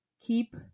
keep